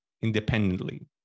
independently